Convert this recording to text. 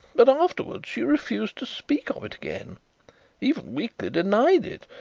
but afterwards she refused to speak of it again even weakly denied it